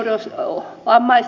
jos eu vammais